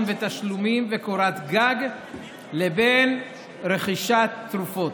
ותשלומים וקורת גג לבין רכישת תרופות.